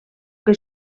que